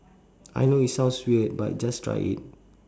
I know it sounds weird but just try it